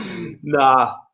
Nah